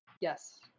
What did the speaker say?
Yes